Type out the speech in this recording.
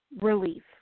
Relief